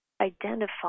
identify